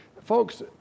Folks